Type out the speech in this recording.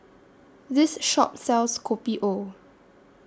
This Shop sells Kopi O